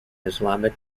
islamic